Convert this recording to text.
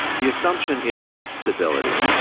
the assumption is stability.